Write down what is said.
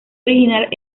original